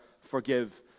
forgive